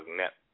net